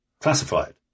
classified